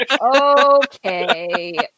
Okay